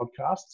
podcasts